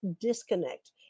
disconnect